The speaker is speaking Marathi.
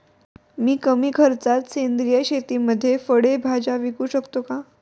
मी कमी खर्चात सेंद्रिय शेतीमध्ये फळे भाज्या वाढवू शकतो का?